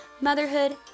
motherhood